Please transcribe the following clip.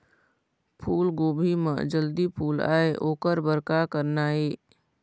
फूलगोभी म जल्दी फूल आय ओकर बर का करना ये?